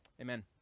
Amen